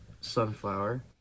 Sunflower